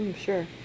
Sure